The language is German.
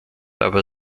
aber